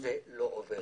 זה לא עובר.